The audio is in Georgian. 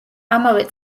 ამავე